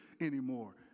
anymore